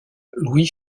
louis